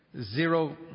zero